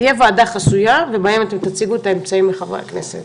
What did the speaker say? תהיה ועדה חסויה ובה אתם תציגו את האמצעים לחברי הכנסת.